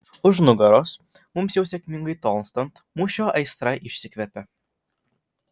už nugaros mums jau sėkmingai tolstant mūšio aistra išsikvepia